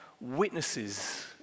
witnesses